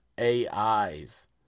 AIs